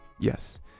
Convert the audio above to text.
Yes